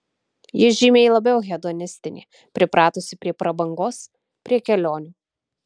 ji žymiai labiau hedonistinė pripratusi prie prabangos prie kelionių